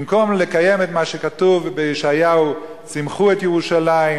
במקום לקיים את מה שכתוב בישעיהו: "שמחו את ירושלם